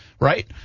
Right